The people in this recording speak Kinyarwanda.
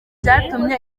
byatumye